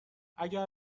اگه